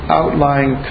outlying